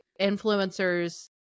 influencers